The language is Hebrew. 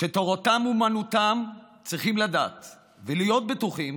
שתורתם אומנותם צריכים לדעת ולהיות בטוחים